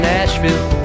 Nashville